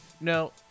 no